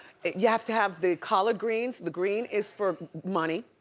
you have to have the collard greens. the green is for money.